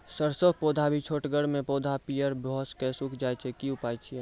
सरसों के पौधा भी छोटगरे मे पौधा पीयर भो कऽ सूख जाय छै, की उपाय छियै?